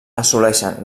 assoleixen